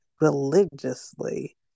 religiously